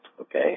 okay